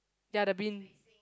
ya the bin